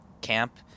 camp